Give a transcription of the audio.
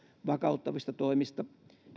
vakauttavista toimista